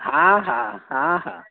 हा हा हा हा